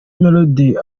melodie